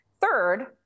Third